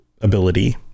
ability